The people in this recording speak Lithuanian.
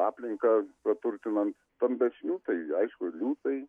aplinką praturtinant stambesnių tai aišku liūtai